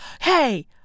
Hey